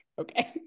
Okay